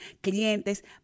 clientes